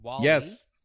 Yes